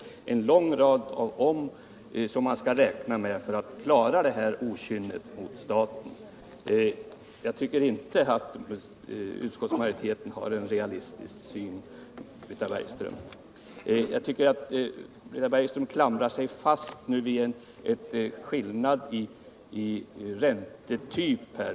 Det är alltså en lång rad av ”om” som de studerande måste räkna med för att klara det här okynnet mot staten. Jag tycker inte att utskottsmajoriteten har en realistisk syn, Britta Bergström. Jag tyckeratt Britta Bergström klamrar sig fast vid en skillnad i räntetyp.